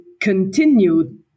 continued